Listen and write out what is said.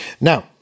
Now